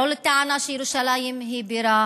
לא לטענה שירושלים היא בירה